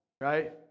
right